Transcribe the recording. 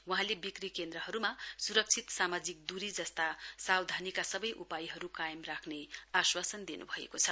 वहाँले बिकर् केन्द्रहरूमा सुरक्षित सामाजिक दूरी जस्ता सावधानीका सबै उपायहरू कायम राख्ने आश्वासन दिनुभएको छ